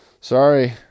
Sorry